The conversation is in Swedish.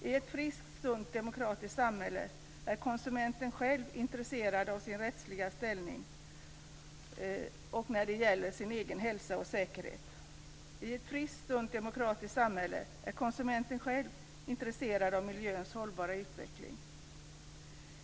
I ett friskt, sunt demokratiskt samhälle är konsumenten själv intresserad av sin rättsliga ställning när det gäller den egna hälsan och säkerheten. I ett friskt, sunt demokratiskt samhälle är konsumenten själv intresserad av miljöns hållbara utveckling.